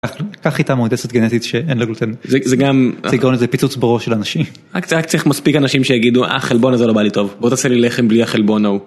קח איתה מועדסת גנטית שאין לה גלוטין, זה גם צריך לראות איזה פיצוץ בראש של אנשים, רק צריך מספיק אנשים שיגידו אה חלבון הזה לא בא לי טוב, בוא תעשה לי לחם בלי החלבון ההוא